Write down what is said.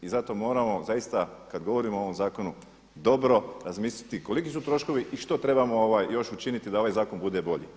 I zato moramo zaista kada govorimo o ovom zakonu dobro razmisliti koliki su troškovi i što trebamo još učiniti da ovaj zakon bude bolji.